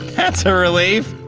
that's a relief.